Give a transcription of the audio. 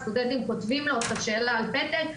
הסטודנטים כותבים לו את השאלה על פתק,